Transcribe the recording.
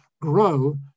grow